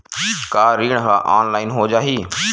का ऋण ह ऑनलाइन हो जाही?